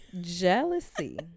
Jealousy